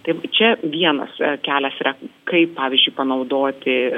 tai čia vienas kelias yra kaip pavyzdžiui panaudoti